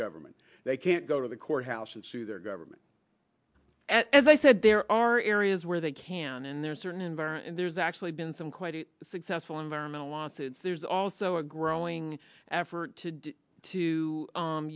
government they can't go to the courthouse and sue their government and as i said there are areas where they can and there are certain environ and there's actually been some quite successful environmental lawsuits there's also a growing effort to to